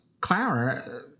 Clara